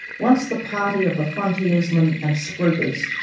once the party of the frontiersmen and spruikers,